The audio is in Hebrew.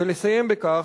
שאני שמח, ולסיים בכך,